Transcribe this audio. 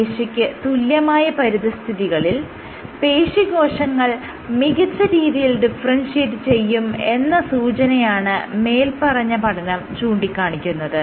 പേശിക്ക് തുല്യമായ പരിതസ്ഥിതികളിൽ പേശീകോശങ്ങൾ മികച്ച രീതിയിൽ ഡിഫറെൻഷിയേറ്റ് ചെയ്യും എന്ന സൂചനയാണ് മേല്പറഞ്ഞ പഠനം ചൂണ്ടിക്കാണിക്കുന്നത്